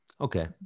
Okay